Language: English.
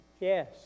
Yes